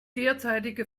derzeitige